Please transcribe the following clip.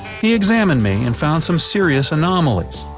he examined me and found some serious anomalies.